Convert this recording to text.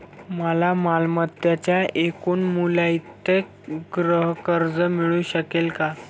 मला मालमत्तेच्या एकूण मूल्याइतके गृहकर्ज मिळू शकेल का?